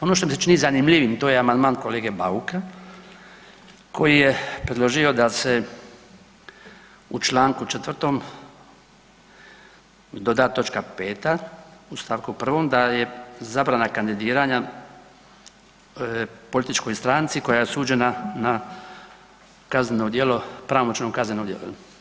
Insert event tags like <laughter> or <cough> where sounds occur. Ono što mi se čini zanimljivim i to je amandman kolege Bauka, koji je predložio da se u čl. 4. doda točka 5. u stavku 1. da je zabrana kandidiranja političkoj stranci koja je osuđena na kazneno djelo, pravo ... <unintelligible> kazneno djelo.